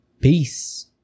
Peace